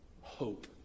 Hope